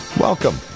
Welcome